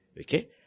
okay